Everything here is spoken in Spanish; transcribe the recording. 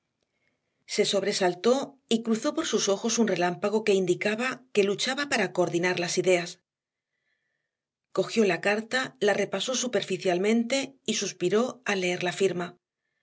se sobresaltó y cruzó por sus ojos un relámpago que indicaba que luchaba para coordinar las ideas cogió la carta la repasó superficialmente y suspiró al leer la firma